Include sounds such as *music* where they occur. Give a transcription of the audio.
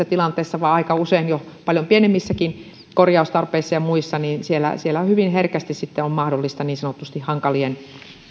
*unintelligible* tilanteissa vaan aika usein jo paljon pienemmissäkin korjaustarpeissa ja muissa hyvin herkästi sitten on mahdollista niin sanotusti hankalien